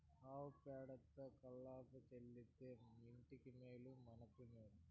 ఆవు పేడతో కళ్లాపి చల్లితే ఇంటికి మేలు మనకు మేలు